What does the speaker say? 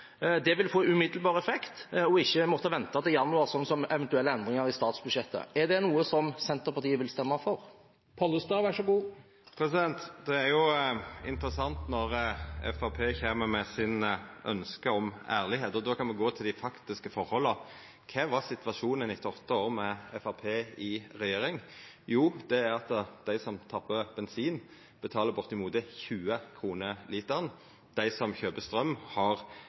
Det vil få umiddelbar effekt og vil ikke måtte vente til januar, sånn som eventuelle endringer i statsbudsjettet. Er det noe Senterpartiet vil stemme for? Det er interessant når Framstegspartiet kjem med ønska sine om ærlegdom. Då kan me gå til dei faktiske forholda: Kva er situasjonen etter nesten åtte år med Framstegspartiet i regjering? Jo, det er at dei som tappar bensin, betaler bortimot 20 kr literen, og dei som kjøper straum, har